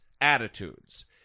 attitudes